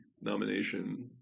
nomination